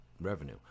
revenue